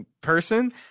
person